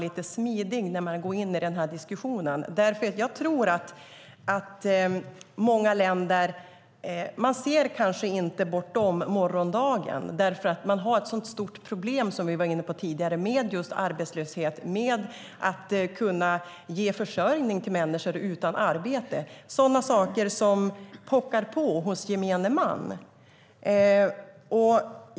I många länder ser man kanske inte bortom morgondagen, för man har ett stort problem, som vi var inne på tidigare, med arbetslöshet och med att kunna ge försörjning till människor utan arbete. Det är sådana saker som pockar på hos gemene man.